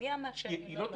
לא תוקצבה.